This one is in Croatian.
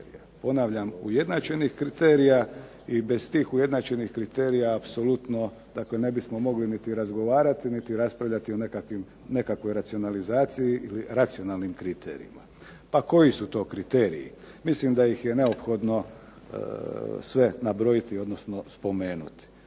Ponavljam ujednačenih kriterija i bez tih ujednačenih kriterija apsolutno ne bismo mogli niti razgovarati niti raspravljati o nekakvoj racionalizaciji ili racionalnim kriterijima. Pa koji su to kriteriji? Mislim da ih je neophodno sve nabrojiti odnosno spomenuti.